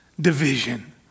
division